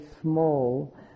small